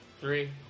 Three